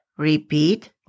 Repeat